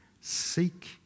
seek